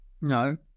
No